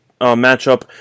matchup